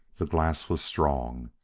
the glass was strong,